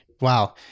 Wow